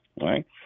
right